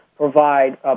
Provide